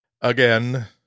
Again